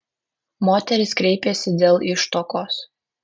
moteris kreipėsi dėl ištuokos